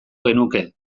genuke